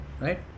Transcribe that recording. Right